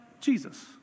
Jesus